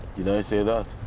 did i say that?